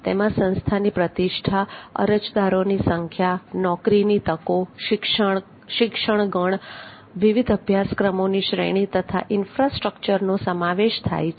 તેમાં સંસ્થાની પ્રતિષ્ઠા અરજદારોની સંખ્યા નોકરીની તકો શિક્ષણ ગણ વિવિધ અભ્યાસક્રમોની શ્રેણી તથા ઈન્ફ્રાસ્ટ્રક્ચરનો સમાવેશ થાય છે